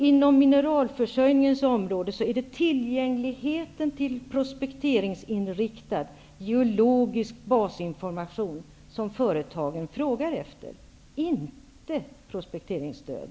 Inom mineralförsörjningens område är det tillgängligheten till prospekteringsinriktad, geologisk basinformation som företagen frågar efter och inte prospekteringsstöd.